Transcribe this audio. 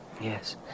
Yes